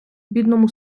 бідному